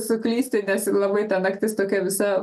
suklysti nes labai ta naktis tokia visa